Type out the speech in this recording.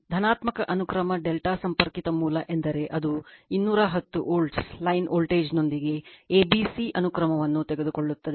ಧನಾತ್ಮಕ ಅನುಕ್ರಮ ಡೆಲ್ಟಾ ಸಂಪರ್ಕಿತ ಮೂಲ ಎಂದರೆ ಅದು 210 ವೋಲ್ಟ್ನ ಲೈನ್ ವೋಲ್ಟೇಜ್ನೊಂದಿಗೆ ಎ ಬಿ ಸಿ ಅನುಕ್ರಮವನ್ನು ತೆಗೆದುಕೊಳ್ಳುತ್ತದೆ